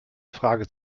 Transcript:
frage